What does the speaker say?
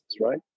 right